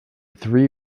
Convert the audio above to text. three